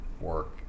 work